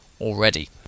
already